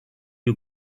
you